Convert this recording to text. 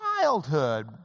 childhood